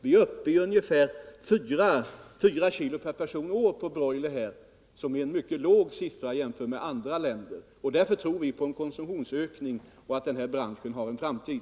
Vi äter ungefär fyra kilo broiler per person och år, och det är en mycket låg siffra jämfört med vad som förekommer i andra länder. Därför tror vi på en konsumtionsökning och på att denna bransch har en framtid.